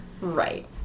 right